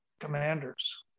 commanders